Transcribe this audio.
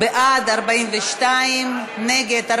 בעד, 42, נגד,